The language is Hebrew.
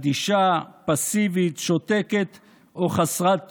אדישה, פסיבית, שותקת או חסרת אונים,